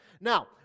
Now